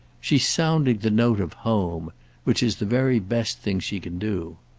she's sounding the note of home which is the very best thing she can do.